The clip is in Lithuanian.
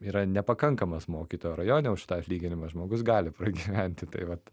yra nepakankamas mokytojo o rajone už tą atlyginimą žmogus gali pragyventi tai vat